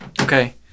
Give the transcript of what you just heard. Okay